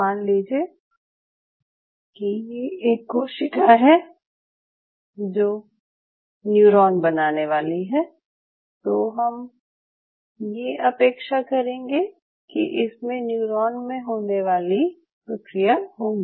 मान लीजिये कि ये एक कोशिका है जो न्यूरॉन बनाने वाली है तो हम ये अपेक्षा करेंगे कि इसमें न्यूरॉन में होने वाली प्रकिया होगी